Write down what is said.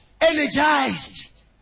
energized